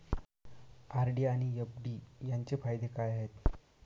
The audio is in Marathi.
आर.डी आणि एफ.डी यांचे फायदे काय आहेत?